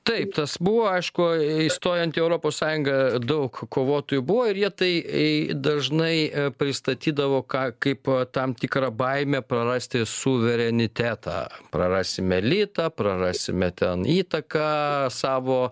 taip tas buvo aišku įstojant į europos sąjungą daug kovotojų buvo ir jie tai dažnai pristatydavo kaip tam tikrą baimę prarasti suverenitetą prarasime litą prarasime ten įtaką savo